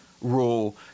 rule